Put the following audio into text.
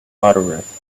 uttereth